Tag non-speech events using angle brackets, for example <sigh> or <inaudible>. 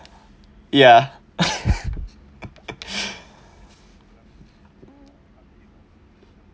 ya <laughs>